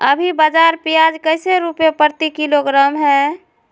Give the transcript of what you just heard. अभी बाजार प्याज कैसे रुपए प्रति किलोग्राम है?